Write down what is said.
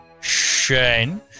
Shane